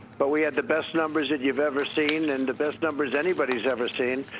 but we had the best numbers that you've ever seen and the best numbers anybody's ever seen.